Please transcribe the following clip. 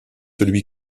celui